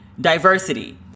diversity